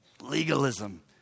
Legalism